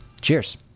Cheers